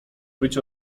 być